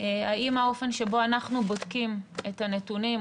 האם האופן שבו אנחנו בודקים את הנתונים,